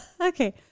Okay